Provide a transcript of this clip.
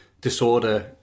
disorder